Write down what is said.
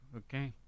okay